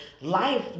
Life